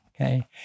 okay